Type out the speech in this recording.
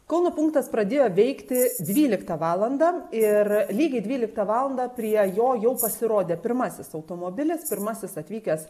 kauno punktas pradėjo veikti dvyliktą valandą ir lygiai dvyliktą valandą prie jo jau pasirodė pirmasis automobilis pirmasis atvykęs